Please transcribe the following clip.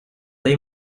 dei